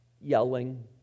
Yelling